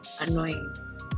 annoying